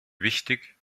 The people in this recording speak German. wichtig